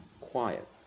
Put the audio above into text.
quiet